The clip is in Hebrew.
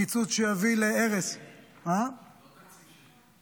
קיצוץ שיביא להרס --- לא תקציב שלי.